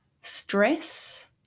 stress